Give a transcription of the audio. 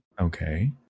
Okay